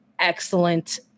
Excellent